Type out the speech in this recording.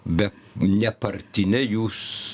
be ne partinė jūs